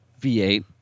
V8